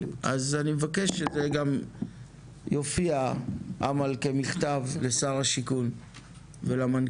אני מבקש שזה גם יופיע כמכתב לשר השיכון ולמנכ"ל.